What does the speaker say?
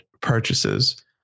purchases